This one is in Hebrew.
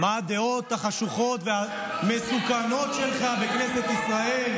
מה הדעות החשוכות והמסוכנות שלך בכנסת ישראל,